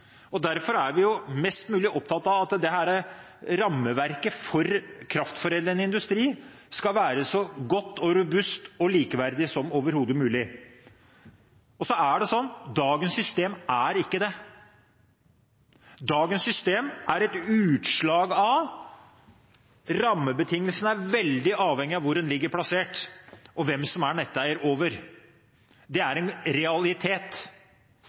Derfor er vi opptatt av at dette rammeverket for kraftforedlende industri skal være så godt, robust og likeverdig som overhodet mulig. Dagens system er ikke det. Dagens system er et utslag av at rammebetingelsene er veldig avhengige av hvor en er plassert, og hvem som er netteier. Det er en realitet.